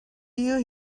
you